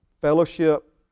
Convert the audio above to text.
fellowship